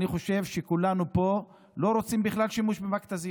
אני חושב שכולנו פה לא רוצים בכלל שימוש במכת"זיות,